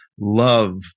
love